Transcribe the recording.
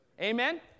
Amen